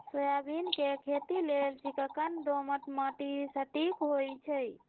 soybean के खेती लेल चिक्कन दोमट माटि सटिक होइ छइ